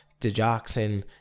digoxin